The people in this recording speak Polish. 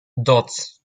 doc